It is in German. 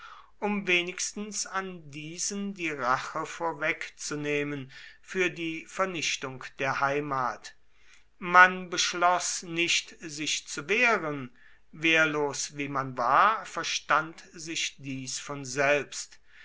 um wenigstens an diesen die rache vorwegzunehmen für die vernichtung der heimat man beschloß nicht sich zu wehren wehrlos wie man war verstand sich dies von selbst